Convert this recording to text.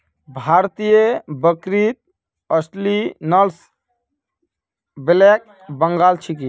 भारतीय बकरीत असली नस्ल ब्लैक बंगाल छिके